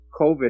COVID